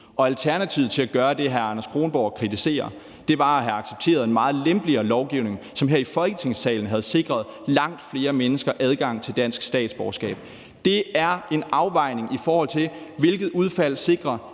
Alternativet til at gøre det, hr. Anders Kronborg kritiserer, var at have accepteret en meget lempeligere lovgivning, som her i Folketingssalen havde sikret langt flere mennesker adgang til dansk statsborgerskab. Det var en afvejning af, hvilket udfald der